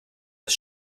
das